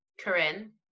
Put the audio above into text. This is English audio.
Corinne